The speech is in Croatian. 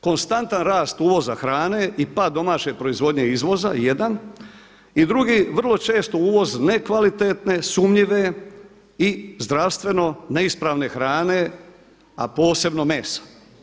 Konstantan rast uvoza hrane i pad domaće proizvodnje i izvoza jedan i drugi vrlo često uvoz nekvalitetne, sumnjive i zdravstveno neispravne hrane a posebno mesa.